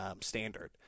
standard